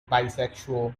bisexual